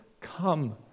Come